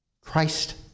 Christ